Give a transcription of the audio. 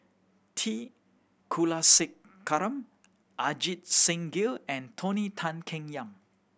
T Kulasekaram Ajit Singh Gill and Tony Tan Keng Yam